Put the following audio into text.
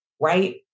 right